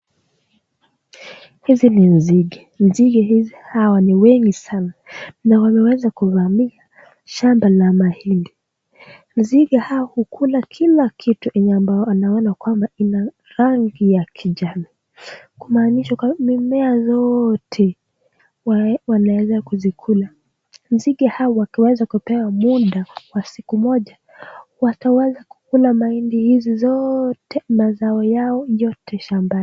Hizi ni nzige, nzige hizi hawa ni wengi sana na wameweza kuvamia shamba la mahindi nzige hawa hukula kila kitu yenye ambao anaona kwamba hina rangi ya kijani kumanisha kwamba mimea zote wanaweza kuzikula, nzige hawa wakiweza kupewa muda kwa siku moja wataweza kukula mahindi hizi zote mazao yao yote shambani